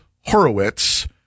Horowitz